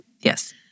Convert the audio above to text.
Yes